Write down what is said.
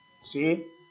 See